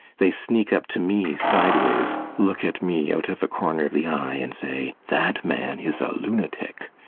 they sneak up to me sideways, look at me out of a corner of the eye, and say that man is a lunatic,